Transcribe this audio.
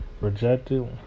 rejected